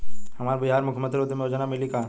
हमरा बिहार मुख्यमंत्री उद्यमी योजना मिली का?